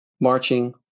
marching